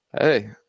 hey